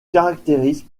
caractérise